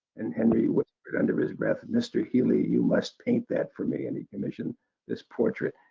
and henry whispered under his breath, mr. healy, you must paint that for me. and he commissioned this portrait.